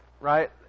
right